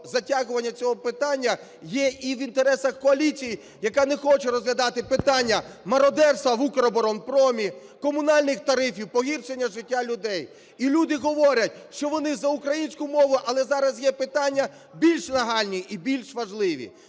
затягування цього питання є і в інтересах коаліції, яка не хоче розглядати питання мародерства в "Укроборонпромі", комунальних тарифів, погіршення життя людей. І люди говорять, що вони за українську мову, але зараз є питання більш нагальні і більш важливі.